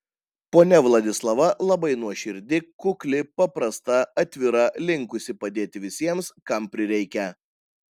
ponia vladislava labai nuoširdi kukli paprasta atvira linkusi padėti visiems kam prireikia